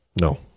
No